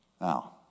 Now